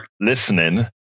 listening